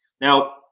Now